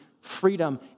freedom